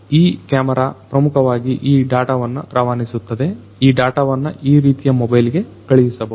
ಈ ಕ್ಯಾಮೆರಾ ಪ್ರಮುಖವಾಗಿ ಈ ಡಾಟಾವನ್ನು ರವಾನಿಸುತ್ತದೆ ಈ ಡಾಟಾವನ್ನು ಈ ರೀತಿಯ ಮೊಬೈಲಿಗೆ ಕಳುಹಿಸಬಹುದು